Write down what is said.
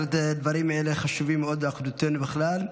הדברים האלה בהחלט חשובים מאוד לאחדותנו בכלל.